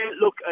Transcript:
look